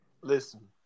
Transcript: Listen